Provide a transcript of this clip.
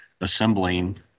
assembling